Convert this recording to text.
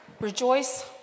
Rejoice